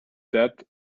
that